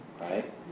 right